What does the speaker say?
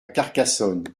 carcassonne